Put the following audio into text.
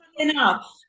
enough